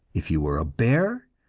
if you were a bear,